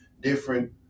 different